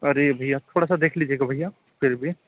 अरे भैया थोड़ा सा देख लीजिएगा भैया फिर भी